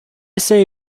say